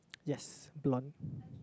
yes blond